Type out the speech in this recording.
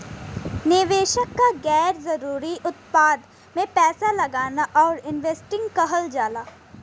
निवेशक क गैर जरुरी उत्पाद में पैसा लगाना ओवर इन्वेस्टिंग कहल जाला